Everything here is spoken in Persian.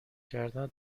کردن